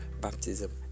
baptism